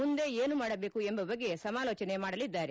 ಮುಂದೆ ಏನು ಮಾಡಬೇಕು ಎಂಬ ಬಗ್ಗೆ ಸಮಾಲೋಚನೆ ಮಾಡಲಿದ್ದಾರೆ